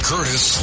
Curtis